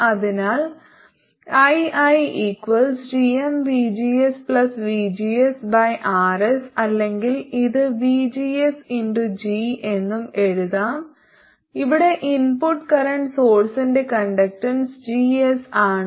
അതിനാൽ ii gmvgsvgsRs അല്ലെങ്കിൽ ഇത് vgsG എന്നും എഴുതാം ഇവിടെ ഇൻപുട്ട് കറന്റ് സോഴ്സിന്റെ കണ്ടക്റ്റൻസ് GS ആണ്